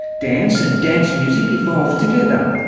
dance and dance music evolved together.